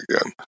again